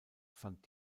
fand